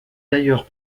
d’ailleurs